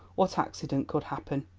what accident could happen?